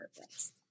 purpose